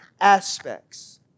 aspects